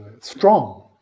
strong